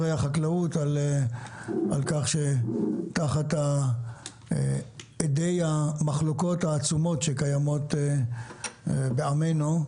החקלאות על כך שתחת הדי המחלוקות העצומות שקיימות בעמנו,